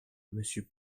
monsieur